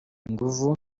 inguvu